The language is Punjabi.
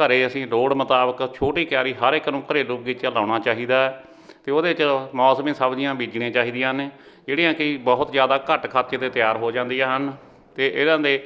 ਘਰ ਅਸੀਂ ਲੋੜ ਮੁਤਾਬਿਕ ਛੋਟੀ ਕਿਆਰੀ ਹਰ ਇੱਕ ਨੂੰ ਘਰ ਬਗੀਚਾ ਲਾਉਣਾ ਚਾਹੀਦਾ ਅਤੇ ਉਹਦੇ 'ਚ ਮੌਸਮੀ ਸਬਜ਼ੀਆਂ ਬੀਜਣੀਆਂ ਚਾਹੀਦੀਆਂ ਨੇ ਜਿਹੜੀਆਂ ਕਿ ਬਹੁਤ ਜ਼ਿਆਦਾ ਘੱਟ ਖਰਚੇ 'ਤੇ ਤਿਆਰ ਹੋ ਜਾਂਦੀਆਂ ਹਨ ਅਤੇ ਇਹਨਾਂ ਦੇ